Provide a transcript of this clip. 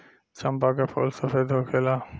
चंपा के फूल सफेद होखेला